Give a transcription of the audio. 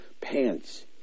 pants